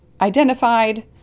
identified